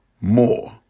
more